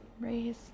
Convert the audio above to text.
raise